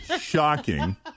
shocking